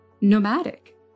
nomadic